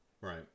Right